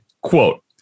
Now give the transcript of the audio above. quote